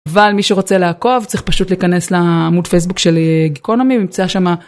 אבל מי שרוצה לעקוב צריך פשוט להיכנס לעמוד פייסבוק של גיקונומי נמצא שמה.